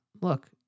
Look